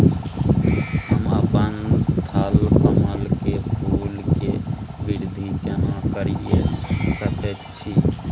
हम अपन थलकमल के फूल के वृद्धि केना करिये सकेत छी?